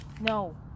No